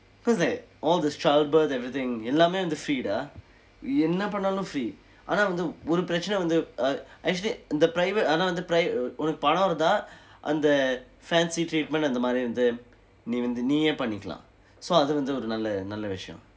cause like all this childbirth everything எல்லாமே வந்து:ellaame vandthu free dah என்ன பண்ணாலும்:enna pannaalum free ஆனா வந்து ஒரு பிரச்சனை வந்து:aanaa vandthu oru pirachsanai vandthu ah actually the private ஆனா வந்து:aanaa vandthu pri~ உனக்கு பணம் இருந்தா அந்த :unakku panam irunthaa antha fancy treatment அந்த மாதிரி வந்து நீ வந்து நீயே பண்ணிக்கலாம் :antha maathiri vanthu ni vanthu niye pannikkalaam so அது வந்து ஒரு நல்ல நல்ல விஷயம்:athu vanthu oru nalla nalla vishayam